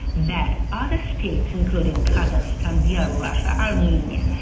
that other states, including kazakhstan, bielorussia, armenia,